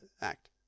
act